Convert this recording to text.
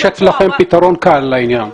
יש אצלכם פתרון קל לעניין.